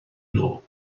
nhw